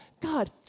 god